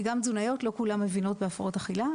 כי גם התזונאיות לא כולן מבינות בהפרעות אכילה,